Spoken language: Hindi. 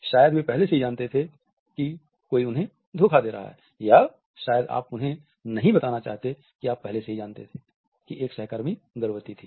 शायद वे पहले से ही जानते थे कि कोई उन्हें धोखा दे रहा है या शायद आप उन्हें नहीं बताना चाहते हैं कि आप पहले से ही जानते थे कि एक सहकर्मी गर्भवती थी